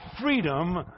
freedom